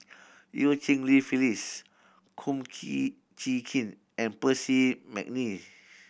Eu Cheng Li Phyllis Kum Chee Kin and Percy McNeice